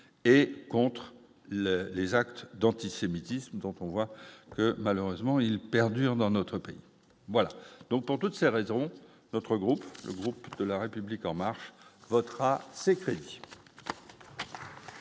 et contre le les actes d'antisémitisme dont on voit que malheureusement il perdure dans notre pays, voilà donc pour toutes ces raisons, notre groupe, le groupe de la République en marche votera ces crédits.